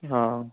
ആ